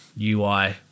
UI